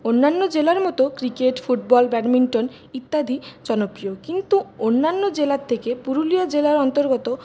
অন্যান্য জেলার মত ক্রিকেট ফুটবল ব্যাডমিন্টন ইত্যাদি জনপ্রিয় কিন্তু অন্যান্য জেলার থেকে পুরুলিয়া জেলার অন্তর্গত